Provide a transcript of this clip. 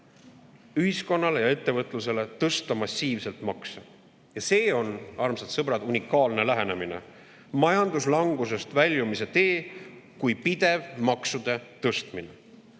ühiskonnale ja ettevõtlusele tõsta massiivselt makse. See on, armsad sõbrad, unikaalne lähenemine: majanduslangusest väljumise tee kui pidev maksude tõstmine.